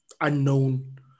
unknown